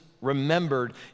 remembered